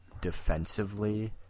defensively